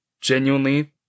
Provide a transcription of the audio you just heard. genuinely